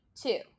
two